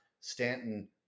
Stanton